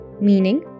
meaning